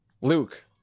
Luke